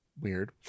weird